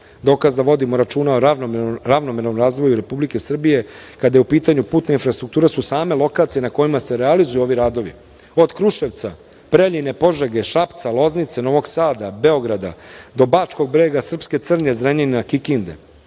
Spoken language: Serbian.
Dokaz da vodimo računa o ravnomernom razvoju Republike Srbije kada je u pitanju putna infrastruktura su same lokacije na kojima se realizuju ovi radovi. Od Kruševca, Preljine, Požege, Šapca, Loznice, Novog Sada, Beograda, do Bačkog brega, Srpske Crnje, Zrenjanina, Kikinde,